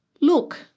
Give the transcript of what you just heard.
Look